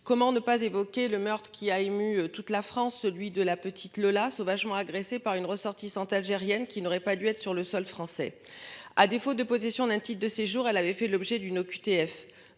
Comment ne pas évoquer le meurtre qui a ému toute la France, celui de la petite Lola sauvagement agressé par une ressortissante algérienne qui n'aurait pas dû être sur le sol français. À défaut de position d'un type de séjour elle avait fait l'objet d'une OQTF,